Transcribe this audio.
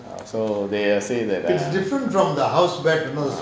err so they say that err